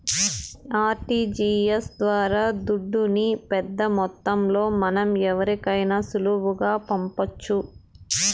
RTGS ద్వారా దుడ్డుని పెద్దమొత్తంలో మనం ఎవరికైనా సులువుగా పంపొచ్చు